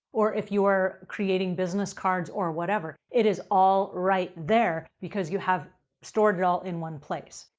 or if you're creating business cards or whatever, it is all right there because you have stored it all in one place.